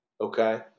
okay